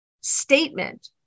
statement